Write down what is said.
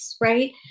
Right